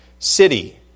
City